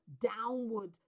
downward